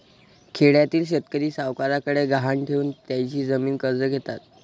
खेड्यातील शेतकरी सावकारांकडे गहाण ठेवून त्यांची जमीन कर्ज घेतात